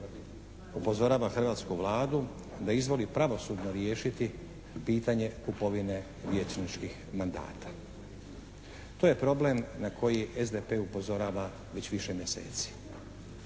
upozorava hrvatsku Vladu da izvoli pravosudno riješiti pitanje kupovine vijećničkih mandata. To je problem na koji SDP upozorava već više mjeseci.